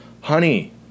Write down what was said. honey